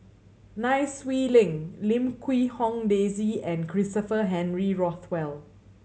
Nai Swee Leng Lim Quee Hong Daisy and Christopher Henry Rothwell